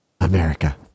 America